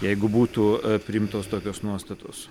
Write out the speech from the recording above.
jeigu būtų priimtos tokios nuostatos